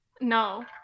No